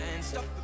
stop